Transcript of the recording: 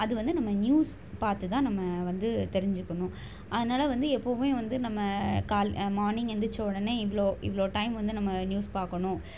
அது வந்து நம்ம நியூஸ் பார்த்துதான் நம்ம வந்து தெரிஞ்சிக்கணும் அதனால் வந்து எப்பவுமே வந்து நம்ம கால் மார்னிங் எந்திரிச்ச உடனே இவ்வளோ இவ்வளோ டைம் வந்து நம்ம நியூஸ் பார்க்கணும்